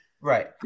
Right